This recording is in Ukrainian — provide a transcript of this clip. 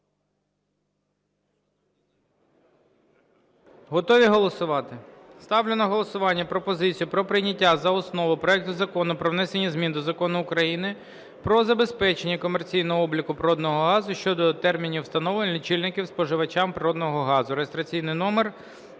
Готові голосувати? Ставлю на голосування пропозицію про прийняття за основу проекту Закону про внесення змін до Закону України "Про забезпечення комерційного обліку природного газу" (щодо термінів встановлення лічильників споживачам природного газу) (реєстраційний номер